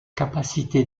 capacité